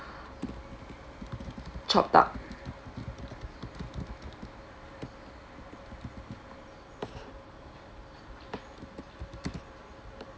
chopped up